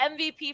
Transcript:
MVP